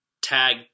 tag